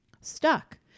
stuck